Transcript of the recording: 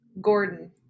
Gordon